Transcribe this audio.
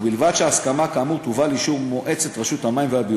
ובלבד שהסכמה כאמור תובא לאישור מועצת רשות המים והביוב.